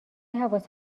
حواس